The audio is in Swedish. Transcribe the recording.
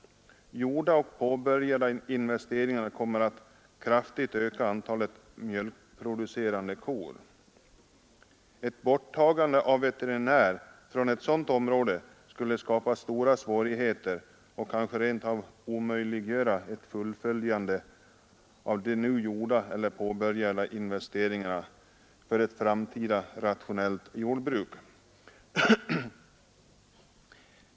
Gjorda och påbörjade investeringar kommer att kraftigt öka antalet mjölkproducerande kor. Ett borttagande av veterinärer från ett sådant område skulle skapa stora svårigheter och kanske rent av omöjliggöra ett fullföljande av de nu gjorda eller påbörjade investeringarna för ett framtida rationellt jordbruk.